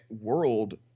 world